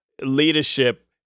leadership